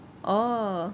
oh